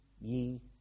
ye